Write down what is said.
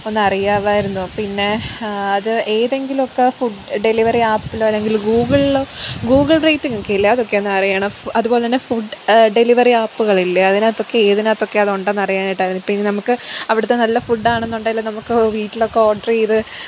ഒന്നറിയാമായിരുന്നു പിന്നെ അത് ഏതെങ്കിലുമൊക്കെ ഫുഡ് ഡെലിവറി ആപ്പിൽ അല്ലെങ്കിൽ ഗൂഗിളിൽ ഗൂഗിൾ റേറ്റിംഗൊക്കെ ഇല്ലേ അതൊക്കെ ഒന്നറിയണം അതുപോലെതന്നെ ഫുഡ് ഡെലിവറി അപ്പുകളില്ലേ അതിനകത്തൊക്കെ ഏതിനകത്തൊക്കെ അതുണ്ടെന്നറിയാനായിട്ടായിരുന്നു പിന്നെ നമുക്ക് അവിടുത്തെ നല്ല ഫുഡാണെന്നുണ്ടെങ്കിൽ നമുക്ക് വീട്ടിലൊക്കെ ഓഡർ ചെയ്ത്